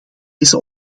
deze